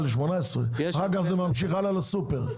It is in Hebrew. אחר כך זה ממשיך הלאה לסופר.